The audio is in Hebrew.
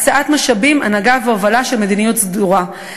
הקצאת משאבים, הנהגה והובלה של מדיניות סדורה.